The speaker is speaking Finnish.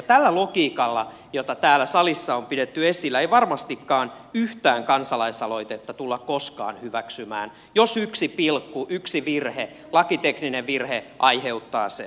tällä logiikalla jota täällä salissa on pidetty esillä ei varmastikaan yhtään kansalaisaloitetta tulla koskaan hyväksymään jos yksi pilkku yksi virhe lakitekninen virhe aiheuttaa sen